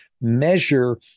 measure